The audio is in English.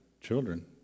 children